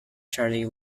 charlie